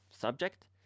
subject